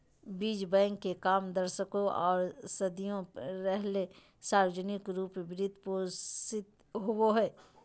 बीज बैंक के काम दशकों आर सदियों रहले सार्वजनिक रूप वित्त पोषित होबे हइ